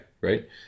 Right